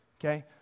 Okay